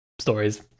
stories